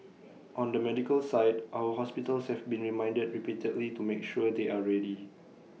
on the medical side our hospitals have been reminded repeatedly to make sure they are ready